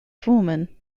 foreman